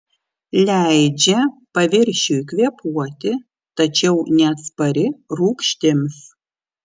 leidžia paviršiui kvėpuoti tačiau neatspari rūgštims